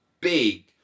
big